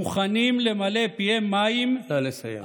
מוכנים למלא פיהם מים, נא לסיים.